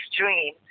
dream